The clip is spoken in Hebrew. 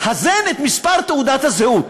הזן את מספר תעודת הזהות.